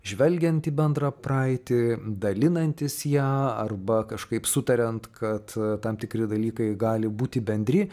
žvelgiant į bendrą praeitį dalinantis ja arba kažkaip sutariant kad tam tikri dalykai gali būti bendri